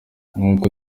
nk’uko